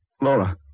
Laura